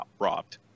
robbed